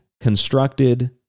constructed